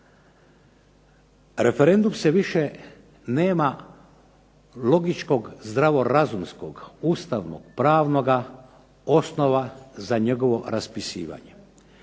referendum se više nema logičnog, zdravorazumskog, ustavno-pravnoga osnova za njegovo raspisivanje,